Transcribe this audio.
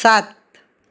સાત